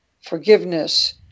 forgiveness